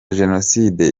jenoside